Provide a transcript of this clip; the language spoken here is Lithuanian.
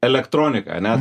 elektroniką nes